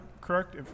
correct